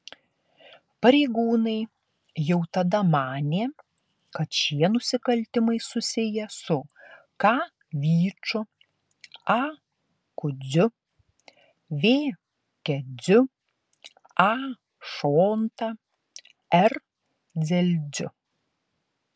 pareigūnai jau tada manė kad šie nusikaltimai susiję su k vyču a kudziu v keziu a šonta r dzelziu